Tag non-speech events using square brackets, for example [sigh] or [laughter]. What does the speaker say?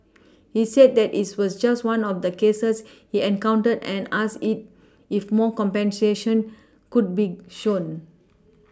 [noise] he said that it was just one of the cases he encountered and asked it if more compassion could be shown